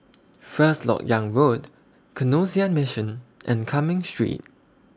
First Lok Yang Road Canossian Mission and Cumming Street